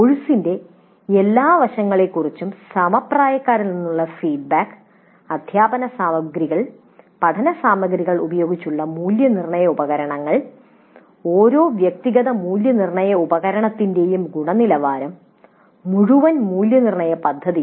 കോഴ്സിന്റെ എല്ലാ വശങ്ങളെക്കുറിച്ചും സമപ്രായക്കാരിൽ നിന്നുള്ള ഫീഡ്ബാക്ക് അധ്യാപന സാമഗ്രികൾ പഠന സാമഗ്രികൾ ഉപയോഗിച്ച മൂല്യനിർണ്ണയ ഉപകരണങ്ങൾ ഓരോ വ്യക്തിഗത മൂല്യനിർണ്ണയ ഉപകരണത്തിന്റെയും ഗുണനിലവാരം മുഴുവൻ മൂല്യനിർണ്ണയ പദ്ധതിയും